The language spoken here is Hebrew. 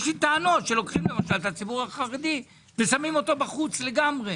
יש לי טענות שלוקחים למשל את הציבור החרדי ושמים אותו בחוץ לגמרי.